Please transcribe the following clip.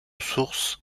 sources